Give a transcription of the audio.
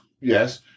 yes